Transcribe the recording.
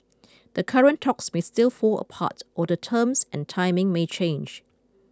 the current talks may still fall apart or the terms and timing may change